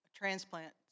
Transplant